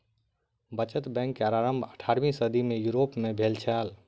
बचत बैंक के आरम्भ अट्ठारवीं सदी में यूरोप में भेल छल